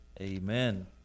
amen